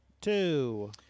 two